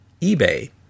eBay